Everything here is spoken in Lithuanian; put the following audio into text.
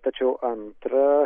tačiau antra